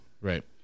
Right